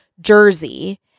jersey